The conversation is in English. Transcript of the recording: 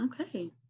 Okay